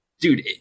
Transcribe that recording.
dude